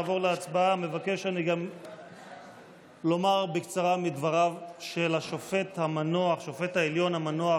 בטרם נעבור להצבעה מבקש גם אני לצטט בקצרה מדבריו של שופט העליון המנוח